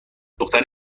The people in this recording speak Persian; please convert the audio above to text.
دختره